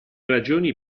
ragioni